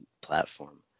platform